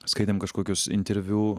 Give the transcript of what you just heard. skaitėm kažkokius interviu